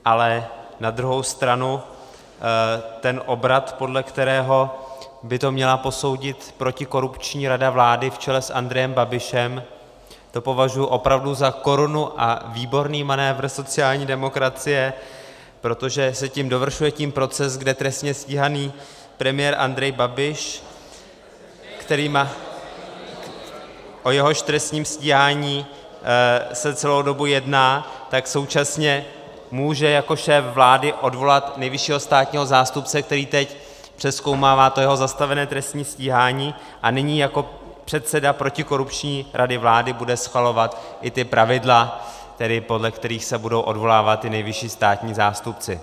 Ale na druhou stranu ten obrat, podle kterého by to měla posoudit protikorupční rada vlády v čele s Andrejem Babišem, to považuji opravdu za korunu a výborný manévr sociální demokracie, protože se tím dovršuje proces, kdy trestně stíhaný premiér Andrej Babiš , o jehož trestním stíhání se celou dobu jedná, tak současně může jako šéf vlády odvolat nejvyššího státního zástupce, který teď přezkoumává to jeho zastavené trestní stíhání, a nyní jako předseda protikorupční rady vlády bude schvalovat i ta pravidla, podle kterých se budou odvolávat ti nejvyšší státní zástupci.